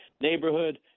neighborhood